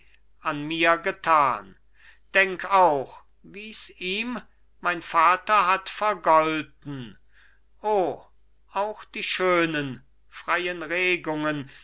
je mir angetan denk auch wie's ihm mein vater hat vergolten o auch die schönen freien regungen